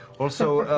also,